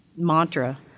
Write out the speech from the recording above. Mantra